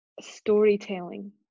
storytelling